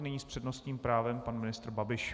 Nyní s přednostním právem pan ministr Babiš.